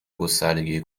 گستردگی